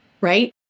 right